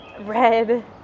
red